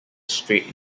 straight